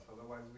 Otherwise